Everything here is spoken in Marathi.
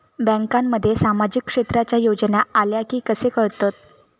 बँकांमध्ये सामाजिक क्षेत्रांच्या योजना आल्या की कसे कळतत?